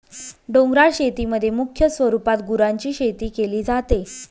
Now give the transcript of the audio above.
डोंगराळ शेतीमध्ये मुख्य स्वरूपात गुरांची शेती केली जाते